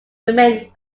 remained